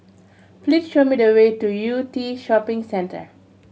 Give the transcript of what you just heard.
please show me the way to Yew Tee Shopping Centre